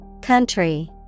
country